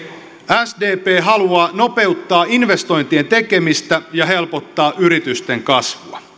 sdp haluaa nopeuttaa investointien tekemistä ja helpottaa yritysten kasvua